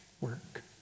work